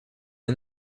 and